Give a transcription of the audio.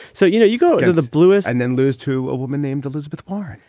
so, you know, you go into the bluest and then lose to a woman named elizabeth warren.